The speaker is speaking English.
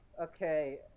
Okay